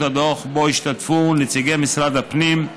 הדוח שבו השתתפו נציגי משרד הפנים,